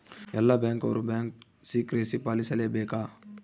ಎಲ್ಲ ಬ್ಯಾಂಕ್ ಅವ್ರು bank secrecy ಪಾಲಿಸಲೇ ಬೇಕ